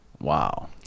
Wow